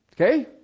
Okay